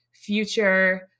future